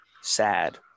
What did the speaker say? sad